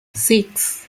six